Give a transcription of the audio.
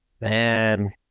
Man